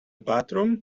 bathroom